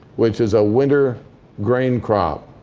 which is a winter grain crop.